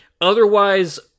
otherwise